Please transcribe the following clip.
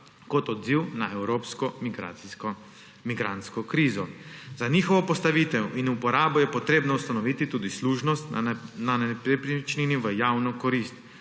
kot odziv na evropsko migrantsko krizo. Za njihovo postavitev in uporabo je treba ustanoviti tudi služnost na nepremičnini v javno korist.